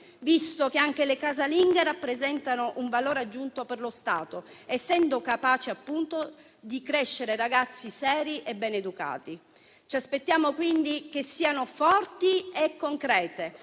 visto che anche le casalinghe rappresentano un valore aggiunto per lo Stato, essendo capaci di crescere ragazzi seri e beneducati. Ci aspettiamo quindi che siano forti e concrete